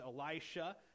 Elisha